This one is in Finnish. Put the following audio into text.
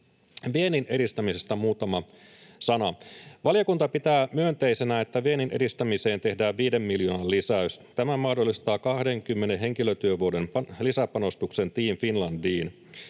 Viennin edistämisestä muutama sana. Valiokunta pitää myönteisenä, että viennin edistämiseen tehdään 5 miljoonan lisäys. Tämä mahdollistaa 20 henkilötyövuoden lisäpanostuksen Team Finlandiin.